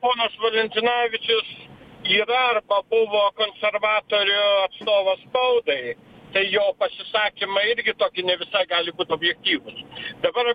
ponas valentinavičius yra arba buvo konservatorių atstovas spaudai tai jo pasisakymai irgi toki ne visai gali būt objektyvūs dabar